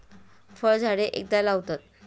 फळझाडे एकदा लावतात